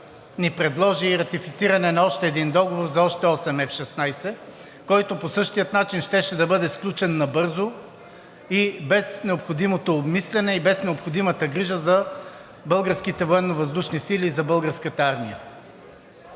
ни предложи и ратифициране на още един договор за още осем „F-16“, който по същия начин щеше да бъде сключен, набързо и без необходимото обмисляне и без необходимата грижа за българските Военновъздушни сили и за българската армия.